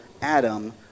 adam